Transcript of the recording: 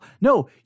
No